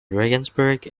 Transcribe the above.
regensburg